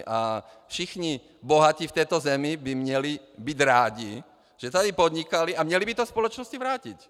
A všichni bohatí v této zemi by měli být rádi, že tady podnikali, a měli by to společnosti vrátit.